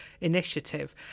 initiative